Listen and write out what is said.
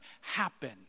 happen